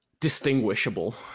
distinguishable